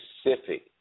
specific